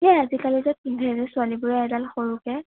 এই আজিকালি যে পিন্ধে যে ছোৱালীবোৰে এডাল সৰুকে